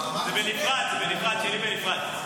זה בנפרד, שלי בנפרד.